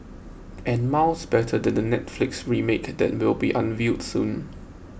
and miles better than the Netflix remake that will be unveiled soon